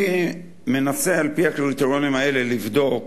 אני מנסה, על-פי הקריטריונים האלה, לבדוק